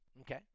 Okay